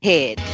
Head